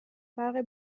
فرق